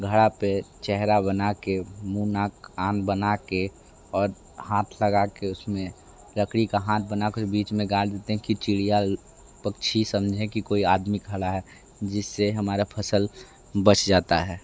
घड़े पर चेहरा बना कर मुँह नाक कान बना कर और हाथ लगा कर उस में लकड़ी का हाथ बना कर बीच में गाड़ देते हैं कि चिड़िया पक्षी समझे कि कोई आदमी खड़ा है जिस से हमारा फ़सल बच जाता है